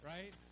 Right